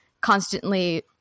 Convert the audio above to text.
constantly